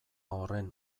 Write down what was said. horren